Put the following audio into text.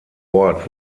ort